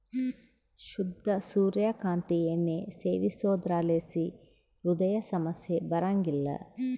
ಶುದ್ಧ ಸೂರ್ಯ ಕಾಂತಿ ಎಣ್ಣೆ ಸೇವಿಸೋದ್ರಲಾಸಿ ಹೃದಯ ಸಮಸ್ಯೆ ಬರಂಗಿಲ್ಲ